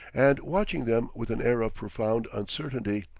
and watching them with an air of profound uncertainty.